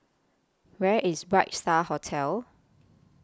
Where IS Bright STAR Hotel